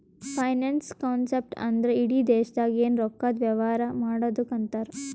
finance concept ಅಂದ್ರ ಇಡಿ ದೇಶ್ದಾಗ್ ಎನ್ ರೊಕ್ಕಾದು ವ್ಯವಾರ ಮಾಡದ್ದುಕ್ ಅಂತಾರ್